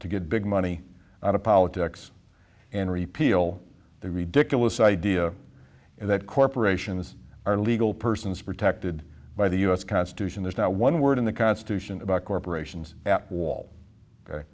to get big money out of politics and repeal the ridiculous idea that corporations are legal persons protected by the us constitution there's not one word in the constitution about corporations a